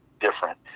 different